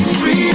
free